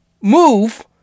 move